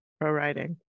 Pro-writing